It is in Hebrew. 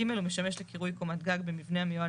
(ג) הוא משמש לקירוי קומת גג במבנה המיועד